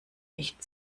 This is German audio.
nicht